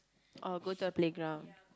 orh go to a playground